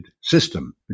system